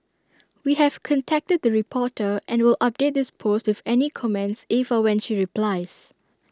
we have contacted the reporter and will update this post with any comments if or when she replies